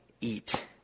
eat